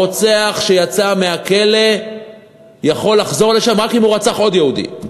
אבל הרוצח שיצא מהכלא יכול לחזור לשם רק אם הוא רצח עוד יהודי.